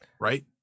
Right